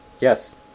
Yes